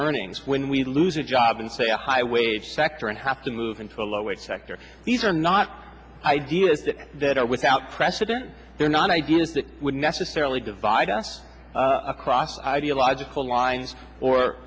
earnings when we lose a job in say a high wage sector and have to move into a low wage sector these are not ideas that are without precedent they're not ideas that would necessarily divide us across ideological lines or